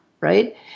right